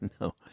No